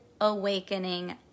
awakening